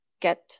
get